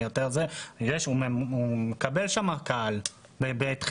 הוא מקבל שם קהל בעת חירום.